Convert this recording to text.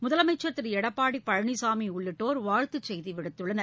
முதலமைச்சர் திரு எடப்பாடி பழனிசாமி உள்ளிட்டோர் வாழ்த்துச் செய்தி விடுத்துள்ளனர்